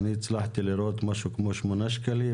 אני הצלחתי לראות משהו כמו שמונה שקלים